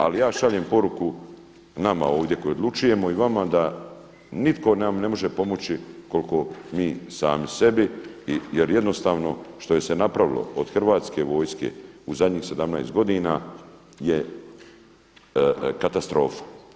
Ali ja šaljem poruku nama ovdje koji odlučujemo i vama da nitko nam ne može pomoći koliko mi sami sebi jer jednostavno što je se napravilo od hrvatske vojske u zadnjih 17 godina je katastrofa.